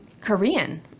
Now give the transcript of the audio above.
korean